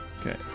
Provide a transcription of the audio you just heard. Okay